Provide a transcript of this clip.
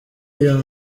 iyo